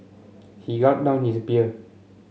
he gulped down his beer